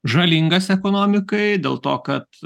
žalingas ekonomikai dėl to kad